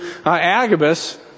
Agabus